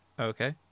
Okay